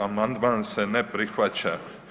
Amandman se ne prihvaća.